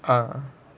uh